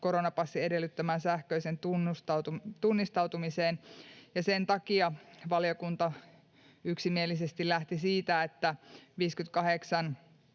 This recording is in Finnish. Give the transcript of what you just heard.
koronapassin edellyttämään sähköiseen tunnistautumiseen. Sen takia valiokunta yksimielisesti lähti siitä, että 58